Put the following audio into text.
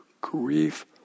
grief